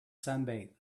sunbathe